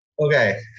Okay